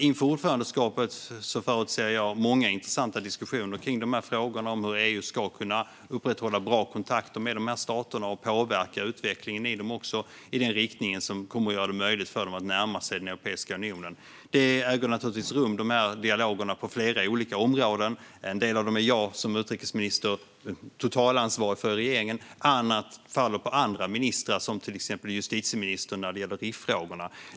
Inför ordförandeskapet förutser jag många intressanta diskussioner kring frågorna om hur EU ska kunna upprätthålla bra kontakter med de här staterna och också påverka utvecklingen i dem i en riktning som kommer att göra det möjligt för dem att närma sig Europeiska unionen. De här dialogerna äger naturligtvis rum på flera olika områden. En del av dem är jag som utrikesminister totalansvarig för i regeringen, annat faller på andra ministrar som till exempel justitieministern när det gäller RIFfrågorna.